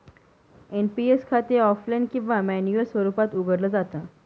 NPS खाते offline किंवा manual स्वरूपात उघडलं जात